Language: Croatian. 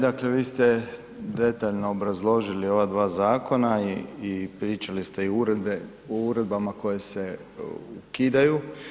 Dakle vi ste detaljno obrazložili ova dva zakona i pričali ste i o uredbama koje se ukidaju.